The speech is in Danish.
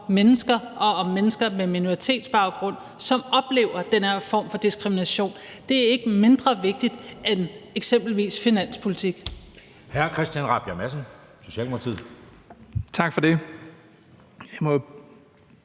mennesker og om mennesker med minoritetsbaggrund, som oplever den her form for diskrimination. Det er ikke mindre vigtigt end eksempelvis finanspolitik.